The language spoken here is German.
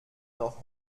noch